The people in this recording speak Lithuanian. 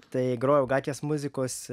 tai grojau gatvės muzikos